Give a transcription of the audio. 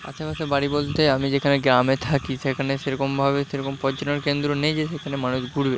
আশেপাশের বাড়ি বলতে আমি যেখানে গ্রামে থাকি সেখানে সেরকমভাবে সেরকম পর্যটন কেন্দ্র নেই যে সেখানে মানুষ ঘুরবে